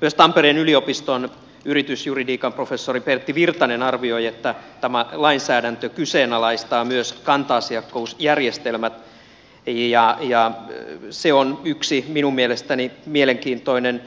myös tampereen yliopiston yritysjuridiikan professori pertti virtanen arvioi että tämä lainsäädäntö kyseenalaistaa myös kanta asiakkuusjärjestelmät ja se on minun mielestäni yksi mielenkiintoinen